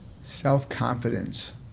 Self-confidence